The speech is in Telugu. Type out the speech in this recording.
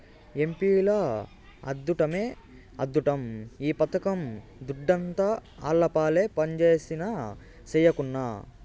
ఎంపీల అద్దుట్టమే అద్దుట్టం ఈ పథకం దుడ్డంతా ఆళ్లపాలే పంజేసినా, సెయ్యకున్నా